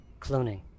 cloning